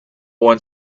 one